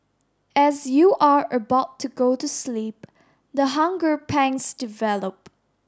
as you are about to go to sleep the hunger pangs develop